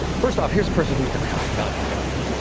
first off, here's person who has never held a gun in their life.